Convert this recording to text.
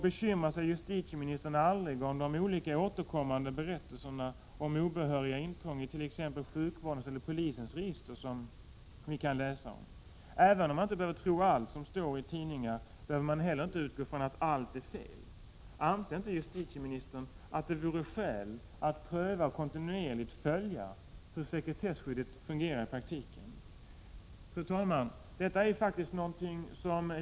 Bekymrar sig justitieministern aldrig över tidningarnas återkommande berättelser om obehöriga intrång i t.ex. sjukvårdens och polisens register? Även om man inte behöver tro på allt som står i tidningarna, behöver man inte utgå från att allt är fel. Anser inte justitieministern att det vore skäl att pröva och kontinuerligt följa hur sekretesskyddet fungerar i praktiken? Fru talman!